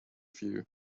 few